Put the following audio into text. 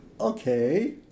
Okay